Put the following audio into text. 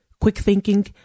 quick-thinking